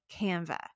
Canva